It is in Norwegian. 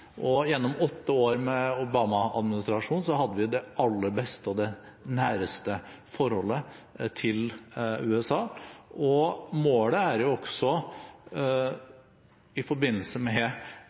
Gjennom åtte år med Obama-administrasjonen hadde vi det aller beste og det næreste forholdet til USA. Målet er – i forbindelse med